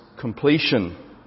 completion